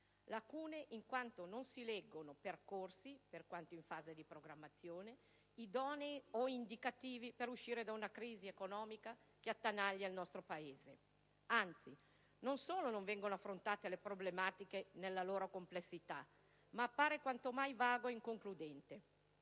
dal fatto che non si leggono percorsi, per quanto in fase di programmazione, idonei o indicativi per uscire da una crisi economica che attanaglia il nostro Paese. Anzi, non solo non vengono affrontate le problematiche nella loro complessità, ma il documento appare quanto mai vago ed inconcludente.